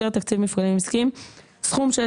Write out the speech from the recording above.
משרות במפעלים עסקיים עד לשיא כוח אדם